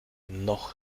noch